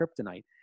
kryptonite